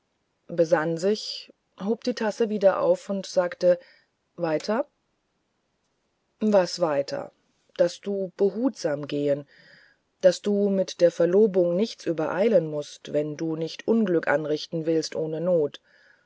besann sich hob die tasse wieder auf und sagte weiter was weiter daß du behutsam gehen daß du mit der verlobung nichts übereilen mußt wenn du nicht unglück anrichten willst ohne not